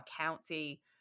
County